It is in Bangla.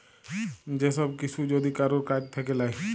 যে সব কিসু যদি কারুর কাজ থাক্যে লায়